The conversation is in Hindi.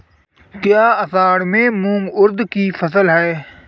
क्या असड़ में मूंग उर्द कि फसल है?